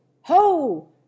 ho